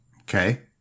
Okay